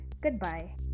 goodbye